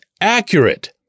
accurate